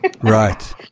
Right